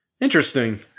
Interesting